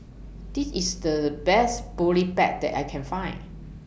This IS The Best Boribap that I Can Find